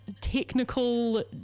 technical